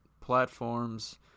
platforms